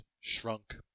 shrunk